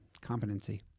competency